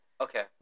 Okay